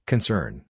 Concern